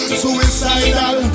suicidal